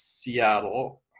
Seattle